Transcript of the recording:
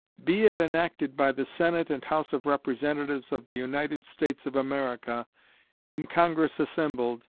be it enacted by the senate and house of representatives of the united states of america in congress assembled,